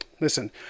listen